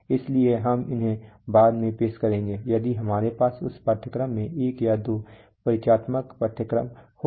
इसलिए हम उन्हें बाद में पेश करेंगे यदि हमारे पास इस पाठ्यक्रम में एक या दो परिचयात्मक पाठ्यक्रम होगा